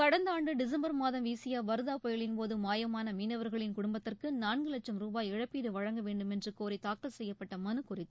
கடந்த ஆண்டு டிசம்வர் மாதம் வீசிய வர்தா புயலின்போது மாயமான மீனவர்களின் குடும்பத்திற்கு நான்கு லட்சம் ரூபாய் இழப்பீடு வழங்க வேண்டுமென்று கோரி தாக்கல் செய்யப்பட்ட மனு குறித்து